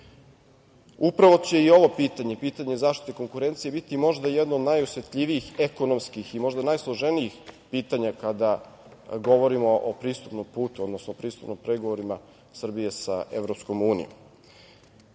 EU.Upravo će i ovo pitanje, pitanje zaštite konkurencije biti možda jedna od najosetljivijih ekonomskim i možda najsloženijih pitanja kada govorimo o pristupnom putu, odnosno pristupnom pregovorima Srbije sa EU.Od